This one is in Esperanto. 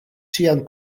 ŝian